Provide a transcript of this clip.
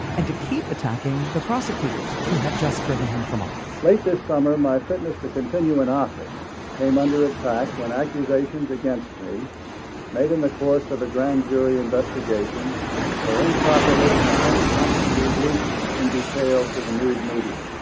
and to keep attacking the prosecutors who had just driven him from office late this summer, my fitness to continue in office came under attack when accusations against me made in the course of a grand jury investigation were improperly and unconscionably leaked in detail to the news media,